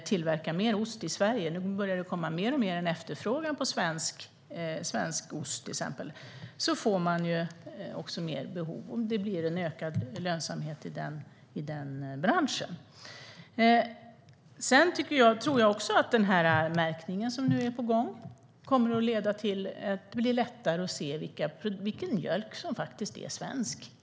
Herr ålderspresident! Jag nämnde några saker i mitt anförande. Vi i Sverige måste bli bättre på att förädla våra produkter. Ett problem är till exempel att vi har lagt ut osttillverkningen, som till stor del sker utomlands. Genom att man i stället tillverkar mer ost i Sverige börjar efterfrågan på svensk ost bli allt större. Då får man också ökad lönsamhet i den branschen. Jag tror också att märkningen som nu är på gång kommer att leda till att det blir lättare att se i affären vilken mjölk som faktiskt är svensk.